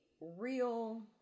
real